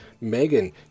Megan